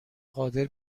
قادر